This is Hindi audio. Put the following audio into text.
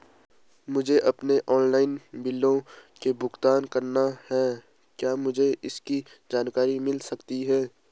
मुझे अपने ऑनलाइन बिलों का भुगतान करना है क्या मुझे इसकी जानकारी मिल सकती है?